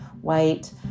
white